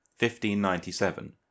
1597